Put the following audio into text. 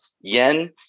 Yen